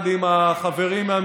בימים כאלה, חבל לי, לא.